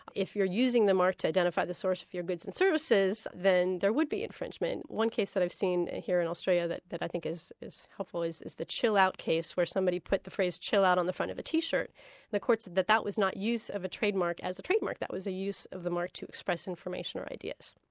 if you're using the mark to identify the source of your goods and services, then there would be infringement. one case that i've seen here in australia that that i think is is helpful is is the chill out case, where somebody put the phrase chill out on the front of a t-shirt. and the court said that that was not use of a trademark as a trademark, that was a use of the mark to express information ideas.